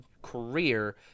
career